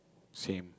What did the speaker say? same